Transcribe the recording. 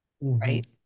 right